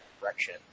direction